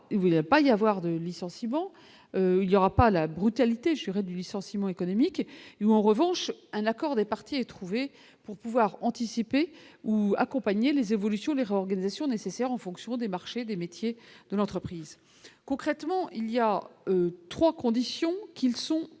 pas y avoir de licenciement, il y aura pas la brutalité juré du licenciement économique, en revanche, un accord des parties et trouvé pour pouvoir anticiper ou accompagner les évolutions, les réorganisations nécessaires en fonction des marchés des métiers de l'entreprise, concrètement, il y a 3 conditions, qu'ils sont qui